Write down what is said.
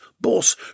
boss